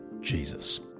Jesus